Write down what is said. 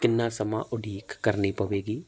ਕਿੰਨਾ ਸਮਾਂ ਉਡੀਕ ਕਰਨੀ ਪਵੇਗੀ